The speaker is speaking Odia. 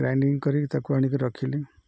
ଗ୍ରାଇଣ୍ଡିଙ୍ଗ କରିକି ତାକୁ ଆଣିକି ରଖିଲି